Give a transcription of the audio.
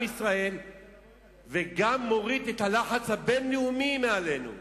ישראל וגם מוריד את הלחץ הבין-לאומי מעלינו.